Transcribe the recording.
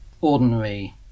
ordinary